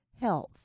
health